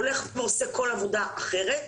הולך ועושה כל עבודה אחרת,